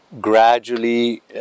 gradually